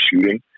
shooting